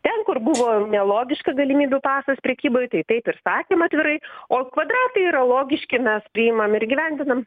ten kur buvo nelogiška galimybių pasas prekyboj tai taip ir sakėm atvirai o kvadratai yra logiški mes priimam ir įgyvendinam